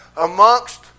amongst